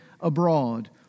abroad